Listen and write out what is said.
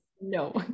No